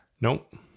Nope